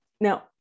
Now